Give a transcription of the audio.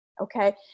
Okay